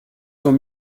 sont